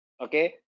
okay